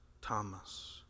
Thomas